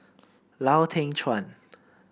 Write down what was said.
Lau Teng Chuan